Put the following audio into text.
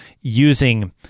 using